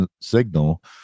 signal